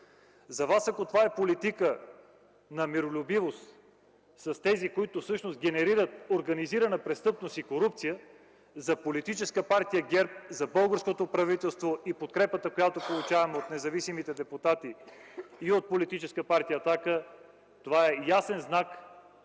За Вас, ако това е политика на миролюбивост с тези, които всъщност генерират организирана престъпност и корупция, за Политическа партия ГЕРБ, за българското правителство и подкрепата, която получаваме от независимите депутати и от Политическа партия „Атака”, това е ясен знак,